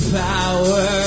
power